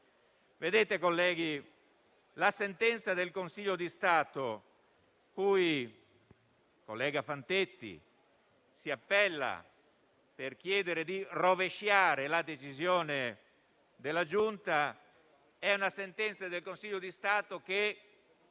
legalità. Colleghi, la sentenza del Consiglio di Stato cui il collega Fantetti si appella per chiedere di rovesciare la decisione della Giunta, è una sentenza che riguarda il